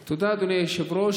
תודה, אדוני היושב-ראש.